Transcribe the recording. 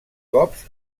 cops